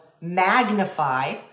magnify